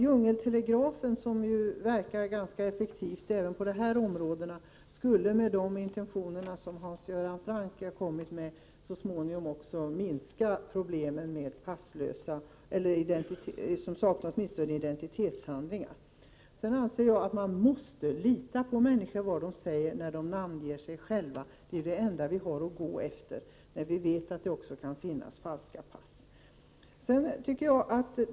Djungeltelegrafen, som ju verkar ganska effektivt även på detta område, skulle om man genomförde Hans Göran Francks förslag också bidra till att minska problemen med dem som saknar pass eller andra identitetshandlingar. Sedan menar jag att man måste lita på människor när de namnger sig själva. Det är det enda som vi har att gå efter, men vi vet att det också kan vara fråga om falska pass.